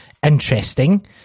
interesting